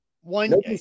one